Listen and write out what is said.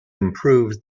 improves